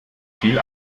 viel